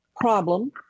problem—